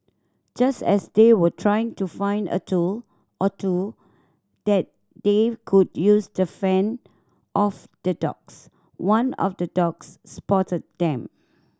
just as they were trying to find a tool or two that they could use to fend off the dogs one of the dogs spotted them